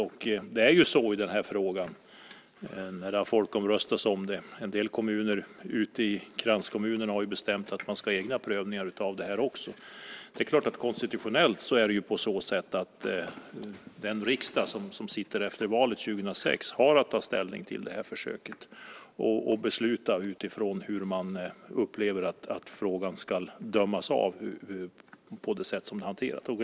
I den här frågan är det så när det har folkomröstats - en del kranskommuner har ju bestämt att man ska ha egna prövningar - att konstitutionellt har den riksdag som sitter efter valet 2006 att ta ställning till det här försöket och att besluta utifrån hur man upplever att frågan ska dömas sett till hanteringen.